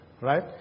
right